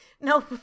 no